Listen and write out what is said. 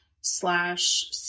slash